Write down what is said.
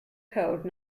code